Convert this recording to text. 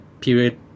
period